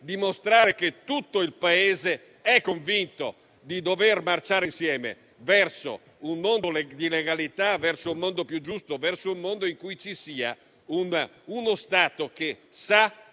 dimostrare che tutto il Paese è convinto di dover marciare unito verso un mondo di legalità, verso un mondo più giusto e in cui ci sia uno Stato che